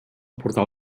portal